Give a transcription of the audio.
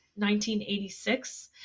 1986